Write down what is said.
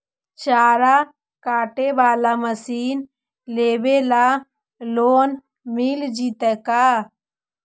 चारा काटे बाला मशीन लेबे ल लोन मिल जितै का?